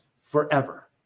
forever